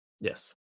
Yes